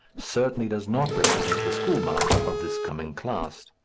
certainly does not represent the schoolmaster of this coming class.